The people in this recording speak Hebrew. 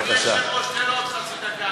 אדוני היושב-ראש, תן לו עוד דקה אחת על חשבוני.